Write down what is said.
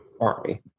army